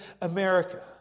America